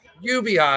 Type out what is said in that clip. UBI